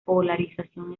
polarización